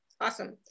awesome